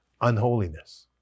unholiness